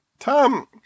Tom